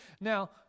Now